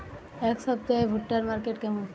এই সপ্তাহে ভুট্টার মার্কেট কেমন?